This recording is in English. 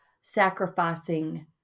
sacrificing